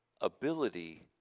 ability